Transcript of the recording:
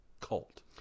cult